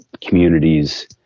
communities